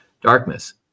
darkness